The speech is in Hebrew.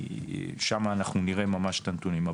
שם אנחנו נראה ממש את הנתונים.